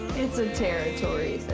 it's a territory